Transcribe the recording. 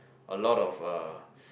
a lot of uh